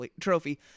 trophy